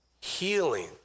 healing